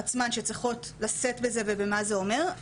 שצריכות לשאת בזה ובמה שזה אומר,